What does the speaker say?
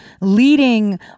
leading